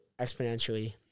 exponentially